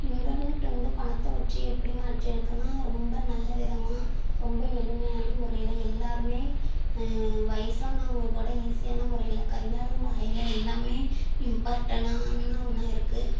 internet வந்து பணத்தை பற்றி எப்படி மாற்றிருக்குனால் ரொம்ப நல்ல விதமாக ரொம்ப எளிமையான முறையில் எல்லோருமே வயதானவங்ககூட ஈஸியான முறையில் கையாளும் வகையில் எல்லாமே இம்பார்ட்டனாக ஆனால் ஒன்றா இருக்குது